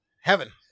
Heaven